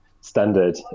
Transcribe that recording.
standard